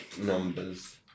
numbers